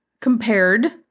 compared